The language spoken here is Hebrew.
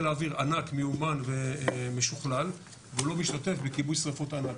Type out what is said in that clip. אויר ענק ומשוכלל והוא לא משתתף בכיבוי שריפות ענק.